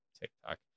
TikTok